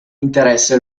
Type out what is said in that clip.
interesse